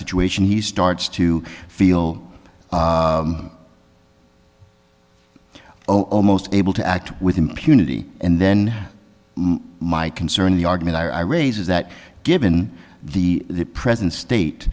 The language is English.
situation he starts to feel oh almost able to act with impunity and then my concern the argument i raise is that given the present state